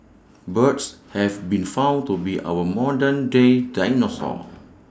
birds have been found to be our modern day dinosaurs